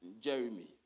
Jeremy